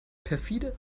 perfide